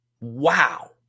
Wow